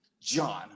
john